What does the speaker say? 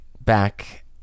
back